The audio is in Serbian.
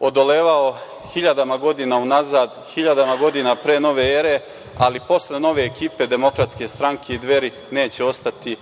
odolevao hiljadama godina unazad, hiljadama godina pre nove ere, ali posle nove ekipe Demokratske stranke i Dveri neće ostati